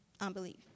unbelief